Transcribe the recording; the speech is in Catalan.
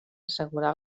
assegurar